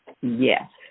Yes